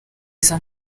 izo